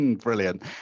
Brilliant